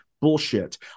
Bullshit